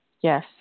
Yes